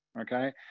Okay